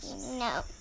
No